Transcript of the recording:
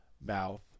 mouth